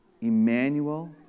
Emmanuel